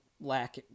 lack